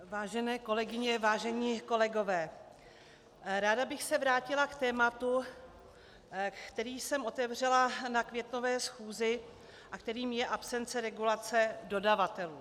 Vážené kolegyně, vážení kolegové, ráda bych se vrátila k tématu, které jsem otevřela na květnové schůzi a kterým je absence regulace dodavatelů.